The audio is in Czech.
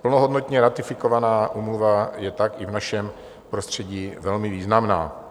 Plnohodnotně ratifikovaná úmluva je tak i v našem prostředí velmi významná.